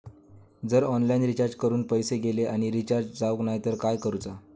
जर online recharge करून पैसे गेले आणि रिचार्ज जावक नाय तर काय करूचा?